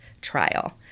trial